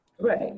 Right